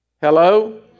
Hello